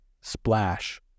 splash